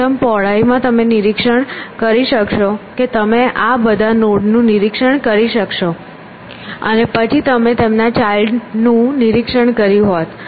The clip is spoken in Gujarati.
પ્રથમ પહોળાઈમાં તમે નિરીક્ષણ કરી શકશો કે તમે આ બધા નોડ નું નિરીક્ષણ કરશો અને પછી તમે તેમના ચાઈલ્ડનું નિરીક્ષણ કર્યું હોત